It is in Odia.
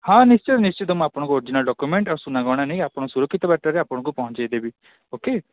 ହଁ ନିଶ୍ଚିନ୍ତ ନିଶ୍ଚିନ୍ତ ମୁଁ ଆପଣଙ୍କୁ ଅରିଜିନାଲ୍ ଡକ୍ୟୁମେଣ୍ଟ ଆଉ ସୁନା ଗହଣା ନେଇ ଆପଣଙ୍କୁ ସୁରକ୍ଷିତ ବାଟରେ ଆପଣଙ୍କୁ ପହଁଞ୍ଚାଇଦେବି ଓକେ